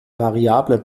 variabler